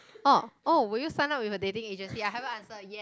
orh oh will you sign up with a dating agency I haven't answer yes